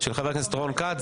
של ח"כ רון כץ.